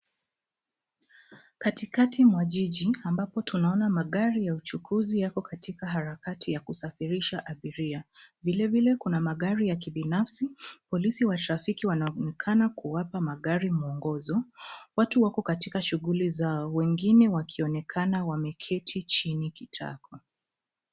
Katikati mwa jiji ambapo tunaona magari ya uchukuzi yako katika harakati ya kusafirisha abiria. Vilevile kuna magari ya kibinafsi, polisi wa trafiki wanaonekana kuwapa magari mwongozo. Watu wako katika shughuli zao wengine wakionekana wameketi chini kitako.